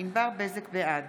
בעד